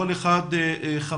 כל אחד חמש